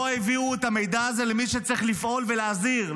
לא העבירו את המידע הזה למי שצריך לפעול ולהזהיר,